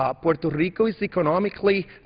ah puerto rico is economically